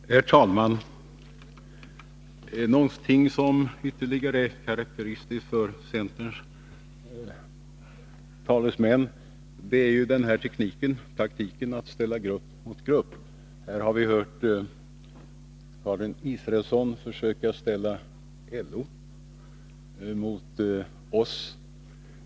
Herr talman! Något som ytterligare är karakteristiskt för centerns talesmän är tekniken, taktiken, att ställa grupp mot grupp. Här har vi hört Karin Israelsson försöka ställa LO mot oss.